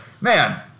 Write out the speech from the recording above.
man